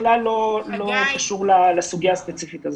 בכלל לא שייך לסוגייה הזו.